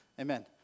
Amen